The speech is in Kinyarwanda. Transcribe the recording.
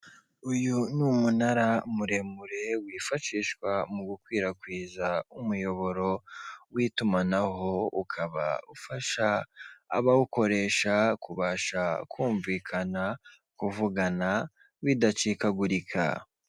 Uyu ni umunara muremure wifashishwa mu gukwirakwiza umuyoboro w'itumanaho, ukaba ufasha abawukoresha kubasha kumvikana, kuvugana bidacikagurika.